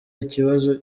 ikibazo